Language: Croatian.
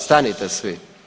Stanite svi.